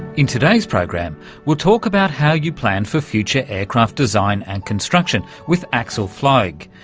in today's program we'll talk about how you plan for future aircraft design and construction with axel flaig,